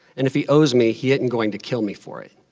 and if he owes me, he isn't going to kill me for it.